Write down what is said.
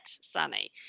Sunny